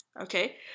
Okay